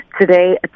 today